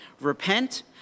repent